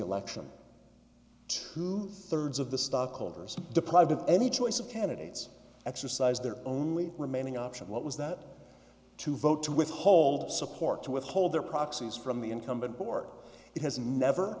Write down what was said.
election two thirds of the stockholders deprived of any choice of candidates exercised their only remaining option what was that to vote to withhold support to withhold their proxies from the incumbent port it has never